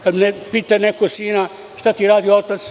Kada pita neko sina – šta ti radi otac?